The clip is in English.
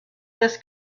this